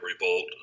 revolt